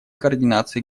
координации